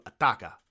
Ataka